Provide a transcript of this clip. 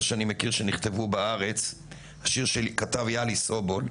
שאני מכיר שנכתבו בארץ השיר שלי כתב יהלי סובול,